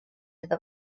iddo